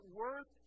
worth